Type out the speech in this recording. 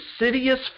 insidious